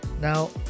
Now